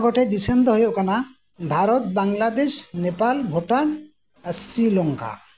ᱢᱚᱬᱮ ᱜᱚᱴᱮᱡ ᱫᱤᱥᱚᱢ ᱫᱚ ᱦᱩᱭᱩᱜ ᱠᱟᱱᱟ ᱵᱷᱟᱨᱚᱛ ᱵᱟᱝᱞᱟᱫᱮᱥ ᱱᱮᱯᱟᱞ ᱵᱷᱩᱴᱟᱱ ᱥᱨᱤᱞᱚᱝᱠᱟ